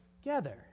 together